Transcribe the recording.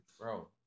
Bro